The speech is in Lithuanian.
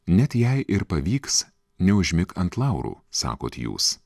net jei ir pavyks neužmik ant laurų sakot jūs